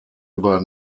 über